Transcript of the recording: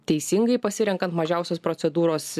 teisingai pasirenkant mažiausios procedūros